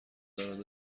دارد